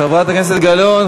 חברת הכנסת גלאון,